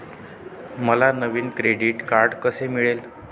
मला नवीन credit card कसे मिळेल?